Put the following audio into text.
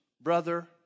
brother